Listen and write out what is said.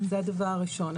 זה הדבר הראשון.